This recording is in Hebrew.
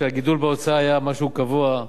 שהגידול בהוצאה היה משהו קבוע,